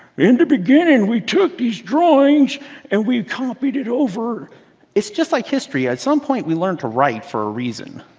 and beginning, and we took these drawings and we copied it over it's just like history. at some point, we learned to write for a reason.